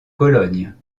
cologne